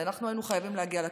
אנחנו היינו חייבים להגיע לקידוש,